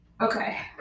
Okay